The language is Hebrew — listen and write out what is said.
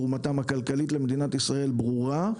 תרומתם הכלכלית למדינת ישראל ברורה.